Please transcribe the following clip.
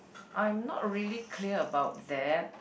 I am not really clear about that